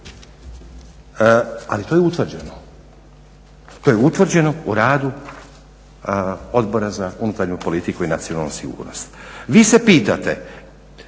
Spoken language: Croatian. ali to je utvrđeno, to je utvrđeno u radu Odbora za unutarnju politiku i nacionalnu sigurnost. Vi se pitate